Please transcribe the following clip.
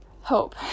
Hope